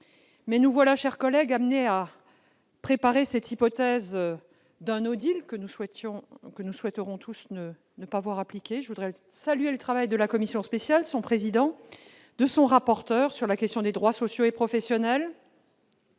Nous voilà, mes chers collègues, amenés à préparer l'hypothèse d'un, que nous souhaitons tous ne pas voir appliqué. Je salue le travail de la commission spéciale, de son président, de son rapporteur sur la question des droits sociaux et professionnels.